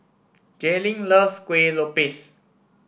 Jaylin loves Kuih Lopes